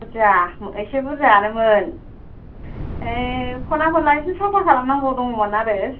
बुरजा एसे बुरजायानोमोन खना खनला एसे साफा खालाम नांगौ दङमोन आरो